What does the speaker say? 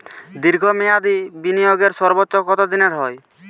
দীর্ঘ মেয়াদি বিনিয়োগের সর্বোচ্চ কত দিনের হয়?